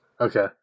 Okay